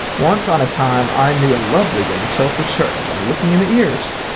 once on a time i knew a lovely way to tell for certain by looking in the ears.